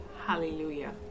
hallelujah